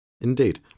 Indeed